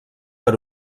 per